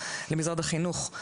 למשרד החינוך,